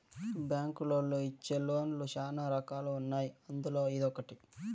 బ్యాంకులోళ్ళు ఇచ్చే లోన్ లు శ్యానా రకాలు ఉన్నాయి అందులో ఇదొకటి